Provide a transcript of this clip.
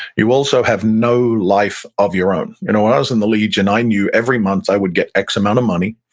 you also have no life of your own. when i was in the legion, i knew every month i would get x amount of money,